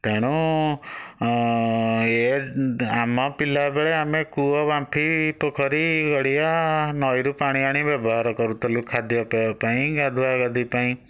ତେଣୁ ଇଏ ଆମ ପିଲାବେଳେ ଆମେ କୂଅ ବାମ୍ଫି ପୋଖରୀ ଗଡ଼ିଆ ନଈରୁ ପାଣି ଆଣି ବ୍ୟବହାର କରୁଥିଲୁ ଖାଦ୍ୟପେୟ ପାଇଁ ଗାଧୁଆଗାଧି ପାଇଁ